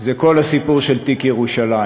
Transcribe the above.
זה כל הסיפור של תיק ירושלים.